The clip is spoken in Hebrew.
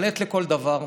אבל עת לכל דבר,